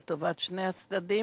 לטובת שני הצדדים,